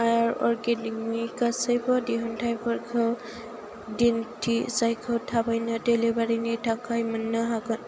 आर्या अर्गेनिकनि गासैबो दिहुनथाइफोरखौ दिन्थि जायखौ थाबैनो डेलिबारिनि थाखाय मोन्नो हागोन